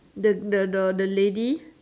the the the lady